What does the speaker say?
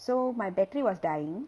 so my battery was dying